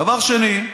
דבר שני,